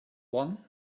one